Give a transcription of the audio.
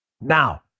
Now